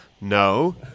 No